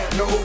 no